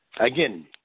again